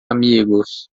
amigos